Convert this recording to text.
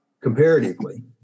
Comparatively